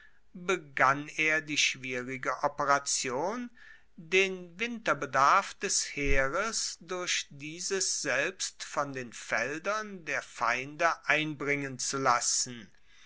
begann er die schwierige operation den winterbedarf des heeres durch dieses selbst von den feldern der feinde einbringen zu lassen